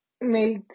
make